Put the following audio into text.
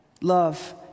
Love